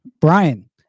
Brian